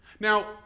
Now